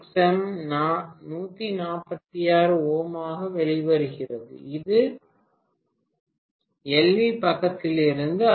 XM 146 Ω ஆக வெளிவருகிறது இது எல்வி பக்கத்திலிருந்தும்